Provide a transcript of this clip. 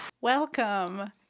Welcome